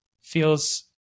feels